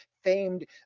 famed